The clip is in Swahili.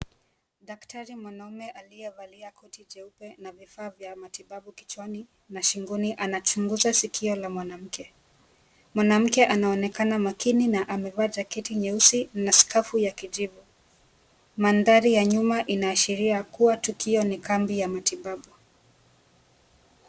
Dakitari mwanaume aliyevalia koti jeupe na vifaa vya matibabu kichwani na shingoni anachunguza sikio la mwanamke. Mwanamke anaonekana makini na amevaa jaketi nyeusi na skafu ya kijivu, mandhari ya nyuma inaashiria kuwa tukio ni kambi ya matibabu.